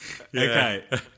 Okay